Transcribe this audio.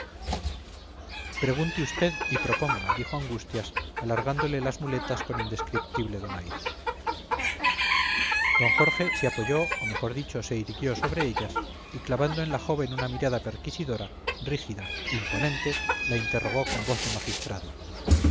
pregunte usted y proponga dijo angustias alargándole las muletas con indescriptible donaire don jorge se apoyó o mejor dicho se irguió sobre ellas y clavando en la joven una mirada pesquisidora rígida imponente la interrogó con voz de magistrado